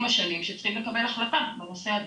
השונים שצריכים לקבל החלטה בנושא הזה.